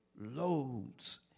loads